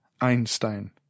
Einstein